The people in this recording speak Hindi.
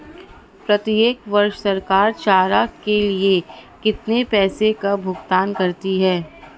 प्रत्येक वर्ष सरकार चारा के लिए कितने पैसों का भुगतान करती है?